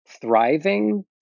Thriving